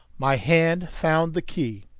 my hand found the key.